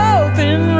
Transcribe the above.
open